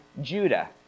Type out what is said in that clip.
Judah